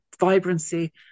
vibrancy